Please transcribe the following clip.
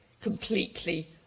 completely